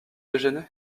déjeuner